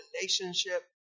relationship